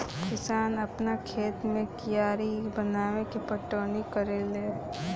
किसान आपना खेत मे कियारी बनाके पटौनी करेले लेन